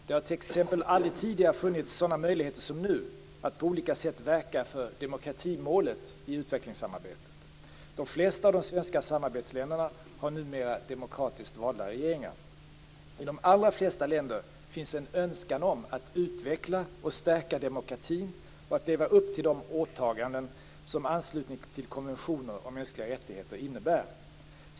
Det har t.ex. aldrig tidigare funnits sådana möjligheter som nu att på olika sätt verka för demokratimålet i utvecklingssamarbetet. De flesta av de svenska samarbetsländerna har numera demokratiskt valda regeringar. I de allra flesta länder finns en önskan om att utveckla och stärka demokratin och att leva upp till de åtaganden som anslutning till konventioner om mänskliga rättigheter innebär.